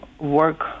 work